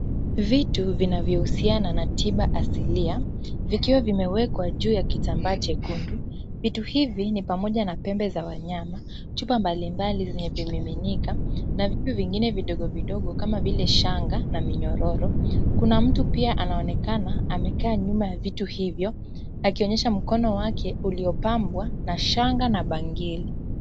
Vitu vinavyohusiana na tiba asilia, vikiwa vimewekwa juu ya kitambaa chekundu. Vitu hivi ni pamoja na pembe za wanyama, chupa mbalimbali zenye vimiminika na vitu vingine vidogo vidogo kama vile shanga na minyororo. Kuna mtu pia anaonekana amekaa nyuma ya vitu hivyo, akionyesha mkono wake uliopambwa na shanga na bangili.